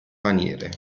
paniere